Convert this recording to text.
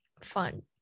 fun